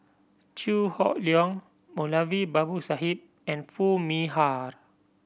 Chew Hock Leong Moulavi Babu Sahib and Foo Mee Har